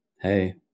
Hey